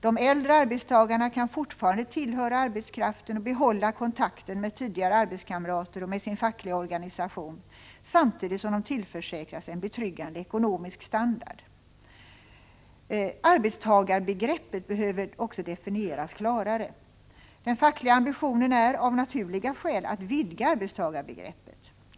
De äldre arbetstagarna kan fortfarande tillhöra arbetskraften och behålla kontakten med tidigare arbetskamrater och med sin fackliga organisation samtidigt som de tillförsäkras en betryggande ekonomisk standard. Arbetstagarbegreppet behöver också definieras klarare. Den fackliga ambitionen är, av naturliga skäl, att vidga arbetstagarbegreppet.